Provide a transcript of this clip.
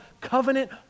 covenant